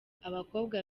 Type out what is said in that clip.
abakobwa